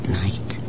night